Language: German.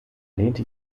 lehnte